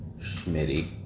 Schmitty